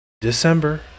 December